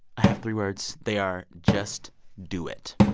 i have three words. they are, just do it.